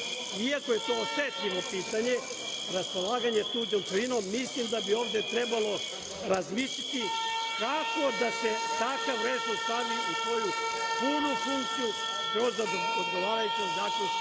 Iako je to osetljivo pitanje, raspolaganje tuđom celinom, mislim da bi ovde trebalo razmisliti kako da se takav režim stavi u svoju punu funkciju kroz odgovarajuća zakonska